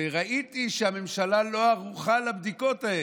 וראיתי שהממשלה לא ערוכה לבדיקות האלה.